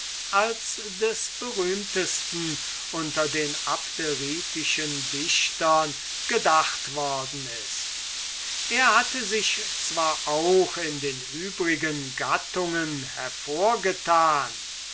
als des berühmtesten unter den abderitischen dichtern erwähnt worden ist er hatte sich zwar auch in den übrigen gattungen hervorgetan